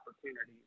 opportunities